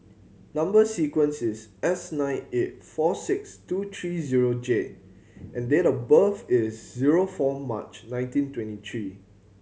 number sequence is S nine eight four six two three zero J and date of birth is zero four March nineteen twenty three